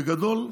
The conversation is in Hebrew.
בגדול,